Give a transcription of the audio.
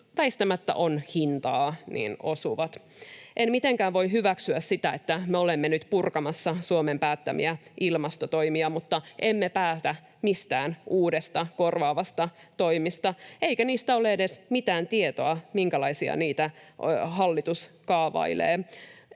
väistämättä on hintaa. En mitenkään voi hyväksyä sitä, että me olemme nyt purkamassa Suomen päättämiä ilmastotoimia mutta emme päätä mistään uusista korvaavista toimista, eikä niistä ole edes mitään tietoa, minkälaisia hallitus kaavailee.